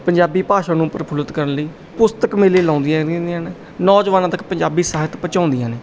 ਪੰਜਾਬੀ ਭਾਸ਼ਾ ਨੂੰ ਪ੍ਰਫੁੱਲਿਤ ਕਰਨ ਲਈ ਪੁਸਤਕ ਮੇਲੇ ਲਾਉਂਦੀਆਂ ਰਹੀਆਂ ਨੇ ਨੌਜਵਾਨਾਂ ਤੱਕ ਪੰਜਾਬੀ ਸਾਹਿਤ ਪਹੁੰਚਾਉਂਦੀਆਂ ਨੇ